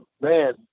man